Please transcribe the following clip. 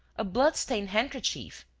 a blood-stained handkerchief.